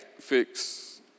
fix